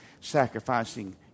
sacrificing